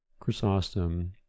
Chrysostom